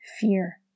fear